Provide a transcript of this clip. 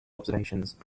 observations